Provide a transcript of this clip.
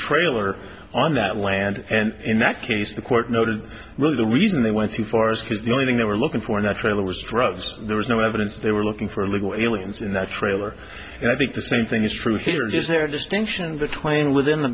trailer on that land and in that case the court noted the reason they went to far as his the only thing they were looking for in that trailer was drugs there was no evidence they were looking for illegal aliens in that trailer and i think the same thing is true here is there a distinction between within the